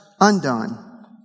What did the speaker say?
undone